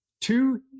two